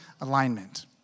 alignment